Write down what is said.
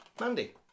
Mandy